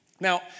Now